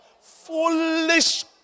Foolish